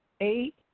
eight